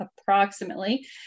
approximately